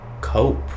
cope